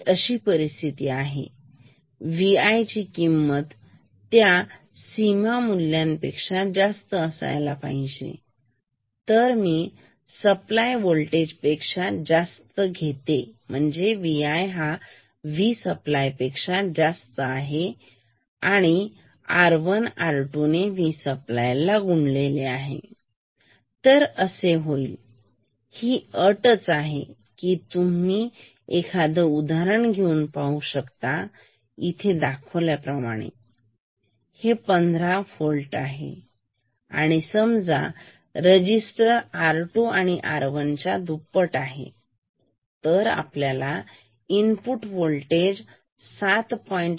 तर ही अशी स्थिती आहे Vi ची किंमत त्या सीमा मूल्यापेक्षा जास्त असायला पाहिजे जर मी सप्लाय होल्टेज पेक्षा जास्त V i V supply R1 R 2 केले तर होईल तर हीच अट आहे तुम्ही एखादा उदाहरण घेऊ शकता ह्या प्रमाणे हे आहे पंधरा होल्ट आणि समजा रजिस्टर R2 हा R1 च्या दुप्पट असेल तर आपल्याला इनपुट वोल्टेज हे 7